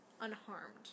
unharmed